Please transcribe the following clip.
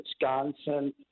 Wisconsin